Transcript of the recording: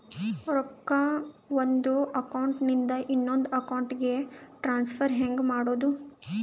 ರೊಕ್ಕ ಒಂದು ಅಕೌಂಟ್ ಇಂದ ಇನ್ನೊಂದು ಅಕೌಂಟಿಗೆ ಟ್ರಾನ್ಸ್ಫರ್ ಹೆಂಗ್ ಮಾಡೋದು?